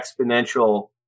exponential